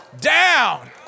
down